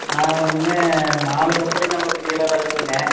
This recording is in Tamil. நான் வந்துங்க நாலு கம்பெனி நம்மளுக்கு டீலராக இருக்குதுங்க